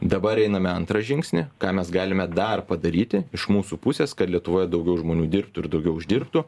dabar einame antrą žingsnį ką mes galime dar padaryti iš mūsų pusės kad lietuvoje daugiau žmonių dirbtų ir daugiau uždirbtų